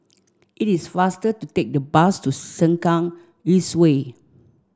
it is faster to take the bus to Sengkang East Way